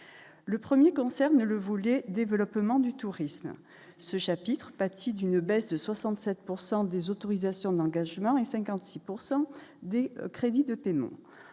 le 1er concerne le volet développement du tourisme ce chapitres pâtit d'une baisse de 67 pourcent des autorisations d'engagement et 56 pourcent des crédits de paiement,